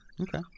Okay